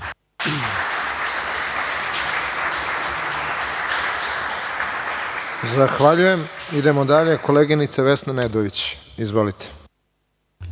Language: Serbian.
Zahvaljujem. Idemo dalje, koleginica Vesna Nedović. **Vesna